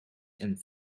and